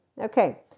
Okay